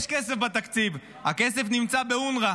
יש כסף בתקציב, הכסף נמצא באונר"א.